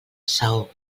saó